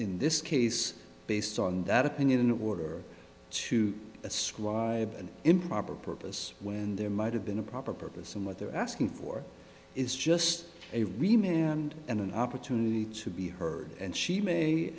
in this case based on that opinion in order to ascribe an improper purpose when there might have been a proper purpose in what they're asking for is just a remailer and an opportunity to be heard and she may